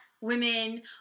women